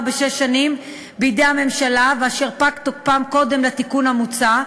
בשש שנים בידי הממשלה ואשר פג תוקפם קודם לתיקון המוצע.